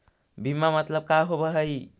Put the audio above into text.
बीमा मतलब का होव हइ?